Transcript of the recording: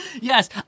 Yes